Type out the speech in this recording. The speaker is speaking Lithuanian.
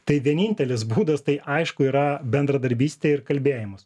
tai vienintelis būdas tai aišku yra bendradarbystė ir kalbėjimas